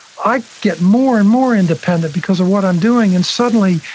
i get more and more independent because of what i'm doing and suddenly,